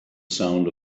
sound